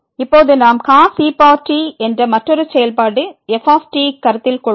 இப்போது நாம் cos e t என்ற மற்றொரு செயல்பாடு f கருத்தில் கொள்வோம்